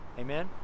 Amen